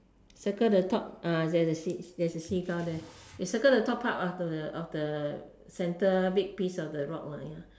circle the top ah there's a seagull there you circle the top of the centre of the big piece of the rock ya